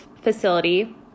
facility